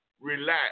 relax